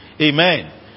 Amen